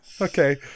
Okay